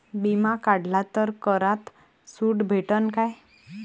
बिमा काढला तर करात सूट भेटन काय?